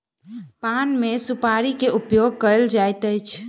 पान मे सुपाड़ी के उपयोग कयल जाइत अछि